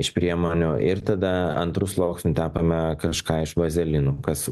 iš priemonių ir tada antru sluoksniu tepame kažką iš vazelinų kas